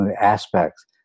aspects